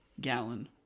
gallon